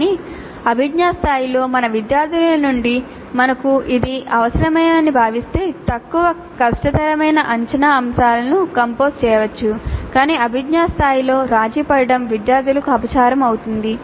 కానీ ఆ అభిజ్ఞా స్థాయిలో మన విద్యార్థుల నుండి మనకు ఇది అవసరమని భావిస్తే తక్కువ కష్టతరమైన అంచనా అంశాలను కంపోజ్ చేయవచ్చు కానీ అభిజ్ఞా స్థాయిలో రాజీ పడటం విద్యార్థులకు అపచారం అవుతుంది